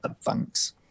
Thanks